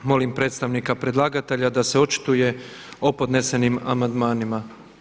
Molim predstavnika predlagatelja da se očituje o podnesenim amandmanima.